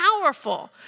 powerful